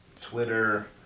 Twitter